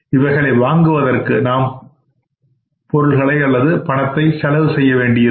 இவைகளை வாங்குவதற்கு நாம் பணத்தை பொருட்களை செலவு செய்ய வேண்டி இருக்கும்